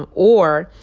um or,